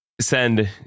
send